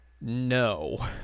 No